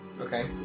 Okay